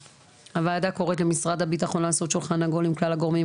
הוועדה קוראת למשרד הביטחון לעשות שולחן עגול עם כלל הגורמים,